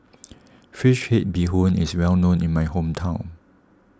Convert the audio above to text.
Fish Head Bee Hoon is well known in my hometown